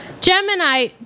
Gemini